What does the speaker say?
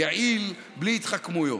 יעיל, בלי התחכמויות.